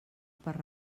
per